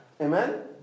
Amen